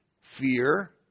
fear